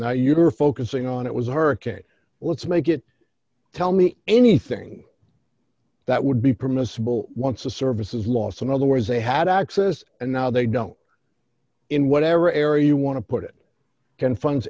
now you are focusing on it was a hurricane let's make it tell me anything that would be permissible once a service is lost in other words they had access and now they don't in whatever area you want to put it can funds